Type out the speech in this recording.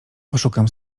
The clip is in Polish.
poszukam